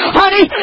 honey